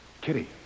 Kitty